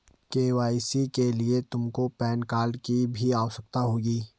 KYC के लिए तुमको पैन कार्ड की भी आवश्यकता होगी